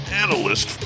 analyst